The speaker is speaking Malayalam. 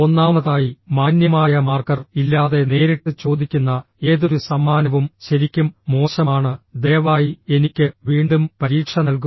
ഒന്നാമതായി മാന്യമായ മാർക്കർ ഇല്ലാതെ നേരിട്ട് ചോദിക്കുന്ന ഏതൊരു സമ്മാനവും ശരിക്കും മോശമാണ് ദയവായി എനിക്ക് വീണ്ടും പരീക്ഷ നൽകുക